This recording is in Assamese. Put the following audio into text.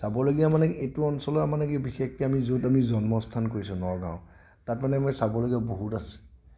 চাবলগীয়া মানে এইটো অঞ্চলৰ মানে কি বিশেষকে আমি য'ত আমি জন্মস্থান কৰিছোঁ নগাঁও তাত মানে আমি চাবলগীয়া বহুত আছে